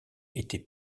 été